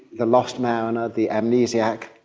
the lost man, ah the amnesiac.